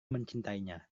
mencintainya